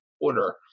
order